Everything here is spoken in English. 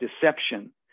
deception